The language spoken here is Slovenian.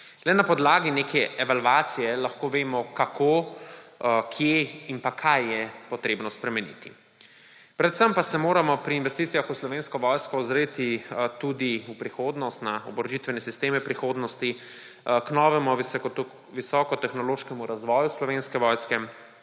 na podlagi neke evalvacije lahko vemo, kako, kje in pa kaj je potrebno spremeniti. Predvsem pa se moramo pri investicijah v Slovensko vojsko ozreti tudi v prihodnost na oborožitvene sisteme prihodnosti, k novemu visoko tehnološkemu razvoju Slovenske vojske